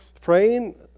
praying